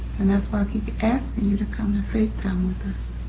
and that's why i keep asking you to come to faithtown with us.